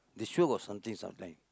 they sure got something sometimes